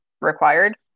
required